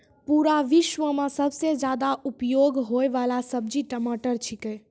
पूरा विश्व मॅ सबसॅ ज्यादा उपयोग होयवाला सब्जी टमाटर छेकै